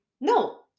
No